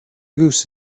goose